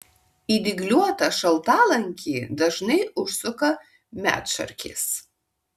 į dygliuotą šaltalankį dažnai užsuka medšarkės